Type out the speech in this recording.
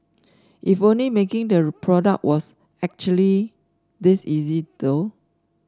if only making the product was actually this easy though